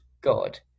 God